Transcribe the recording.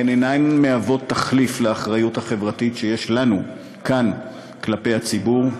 הן אינן תחליף לאחריות החברתית שיש לנו כאן כלפי הציבור.